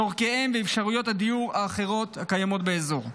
צורכיהם ואפשרויות הדיור האחרות הקיימות באזור.